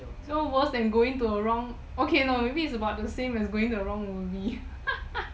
so worse than going to a wrong okay maybe no maybe the same as going to a wrong movie